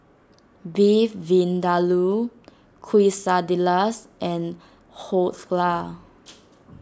Beef Vindaloo Quesadillas and Dhokla